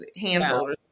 handled